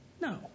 No